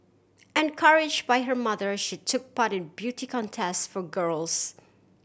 encourage by her mother she took part in beauty contest for girls